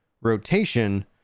rotation